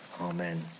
amen